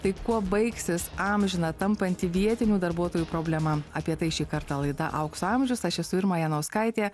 tai kuo baigsis amžina tampanti vietinių darbuotojų problema apie tai šį kartą laida aukso amžius aš esu irma janauskaitė